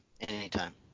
Anytime